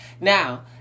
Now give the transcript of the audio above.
now